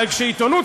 אבל כשהעיתונות,